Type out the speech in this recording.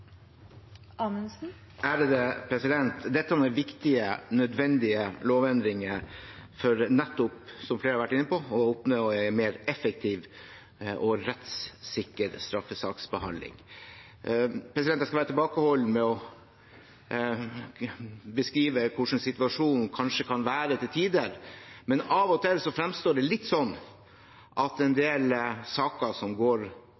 viktige, nødvendige lovendringer for nettopp – som flere har vært inne på – å oppnå en mer effektiv og rettssikker straffesaksbehandling. Jeg skal være tilbakeholden med å beskrive hvordan situasjonen kanskje kan være til tider, men av og til fremstår det litt sånn at en del saker som går